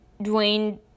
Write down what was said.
Dwayne